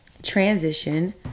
transition